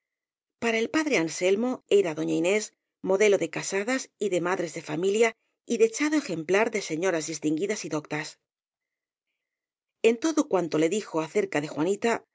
para el padre anselmo era doña inés modelo de casadas y de madres de fa milia y dechado ejemplar de señoras distinguidas y doctas en todo cuanto le dijo acerca de juanita